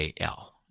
AL